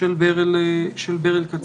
של ברל כצנלסון.